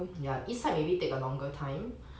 ya east side maybe take a longer time